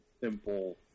simple